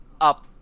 up